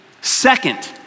Second